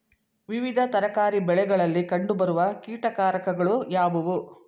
ವಿವಿಧ ತರಕಾರಿ ಬೆಳೆಗಳಲ್ಲಿ ಕಂಡು ಬರುವ ಕೀಟಕಾರಕಗಳು ಯಾವುವು?